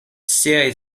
siaj